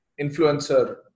influencer